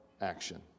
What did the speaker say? action